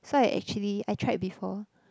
so I actually I tried before